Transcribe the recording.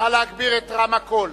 נא להגביר את הרמקול,